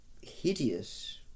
hideous